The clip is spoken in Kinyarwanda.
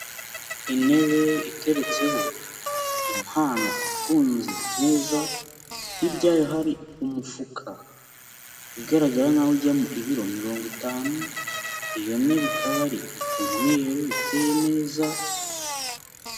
Intebe iteretseho impano ifunze neza, hirya yayo hari umufuka ugaragara nk'aho ujyamo ibiro mirongo itanu, iyo ntebe ikaba ari umweru iteye neza.